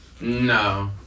No